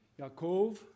Yaakov